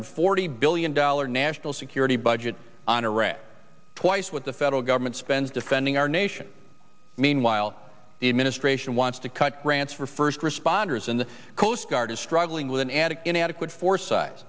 forty billion dollars national security budget on iraq twice what the federal government spends defending our nation meanwhile the administration wants to cut grants for first responders and the coast guard is struggling with an addict inadequate for si